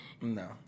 No